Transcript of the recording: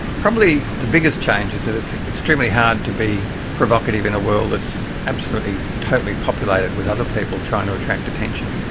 probably the biggest change is that it's extremely hard to be provocative in a world that's absolutely totally populated with other people trying to attract attention.